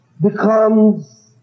becomes